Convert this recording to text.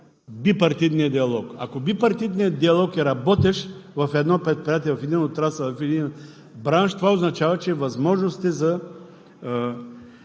бипартитния диалог. Ако бипартитният диалог е работещ в едно предприятие, отрасъл, бранш, това означава, че възможностите за